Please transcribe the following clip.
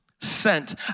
sent